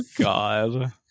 God